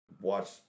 watch